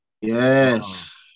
Yes